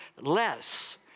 less